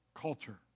culture